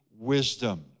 wisdom